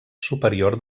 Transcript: superior